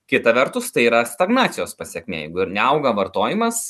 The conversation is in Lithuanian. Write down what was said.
kita vertus tai yra stagnacijos pasekmė jeigu ir neauga vartojimas